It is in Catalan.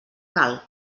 cal